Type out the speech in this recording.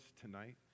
tonight